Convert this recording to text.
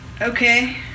okay